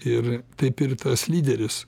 ir taip ir tas lyderis